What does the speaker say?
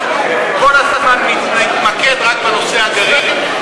אנחנו כל הזמן נתמקד רק בנושא הגרעין,